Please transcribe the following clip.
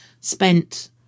spent